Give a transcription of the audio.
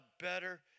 better